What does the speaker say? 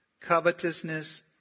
Covetousness